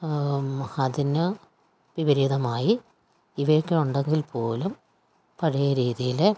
അതിനു വിപരീതമായി ഇവയൊക്കെ ഉണ്ടെങ്കിൽ പോലും പഴയ രീതിയിൽ